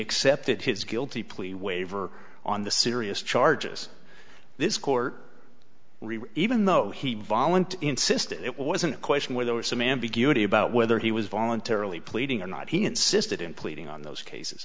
accepted his guilty plea waiver on the serious charges this court even though he volunteered insisted it wasn't a question where there was some ambiguity about whether he was voluntarily pleading or not he insisted in pleading on those cases